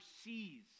sees